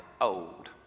old